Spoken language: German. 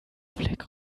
fleck